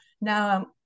now